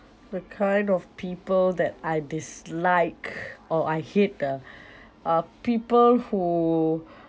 the kind of people that I dislike or I hate ah are people who